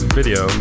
video